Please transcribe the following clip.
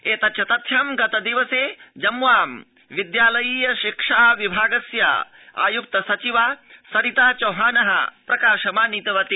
एतच्च तथ्यं गतदिवसे जम्म्वां विद्यालयीय शिक्षा विभागस्य आयुक्त सचिवा सरिता चौहान प्रकाशितवती